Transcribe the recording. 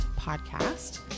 Podcast